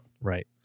Right